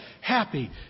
happy